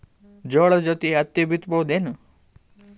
ಜೋಳದ ಜೋಡಿ ಹತ್ತಿ ಬಿತ್ತ ಬಹುದೇನು?